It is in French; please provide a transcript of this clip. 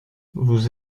vous